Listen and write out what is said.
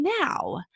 now